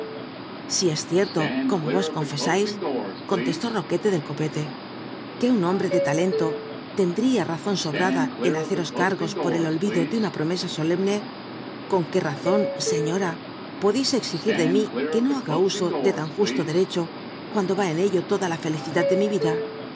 si es cierto como vos confesáis contestó roquete del copete que un homhrc de talento lcndtia tawn obrada en haceros cargos por el oh ido ele una promesa solemne con r ué razon seiiora pocleis e i ir de mi que no haga u o tic tan justo dctccho cuando a en ellu toda la fcliddad de mi vida